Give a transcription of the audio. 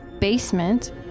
basement